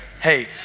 Hey